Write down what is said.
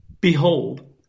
behold